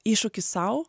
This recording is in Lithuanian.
iššūkis sau